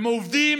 הם עובדים